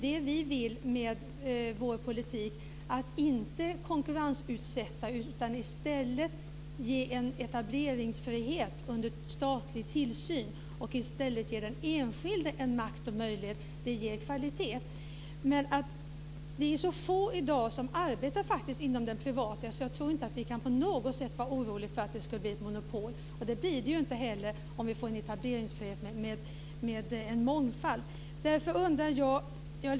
Vad vi vill med vår politik är inte att konkurrensutsätta utan att i stället ge en etableringsfrihet under statlig tillsyn där den enskilde ges makt och möjlighet. Det ger kvalitet. Det är ju så få i dag som arbetar inom den privata sektorn, så jag tror inte att vi på något sätt behöver vara oroliga för att det ska bli monopol. Det blir det ju inte heller om vi får en etableringsfrihet med en mångfald.